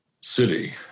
city